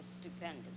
stupendous